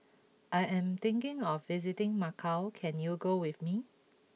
I am thinking of visiting Macau can you go with me